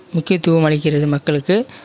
முக்கியதுவம் அளிக்கிறது மக்களுக்கு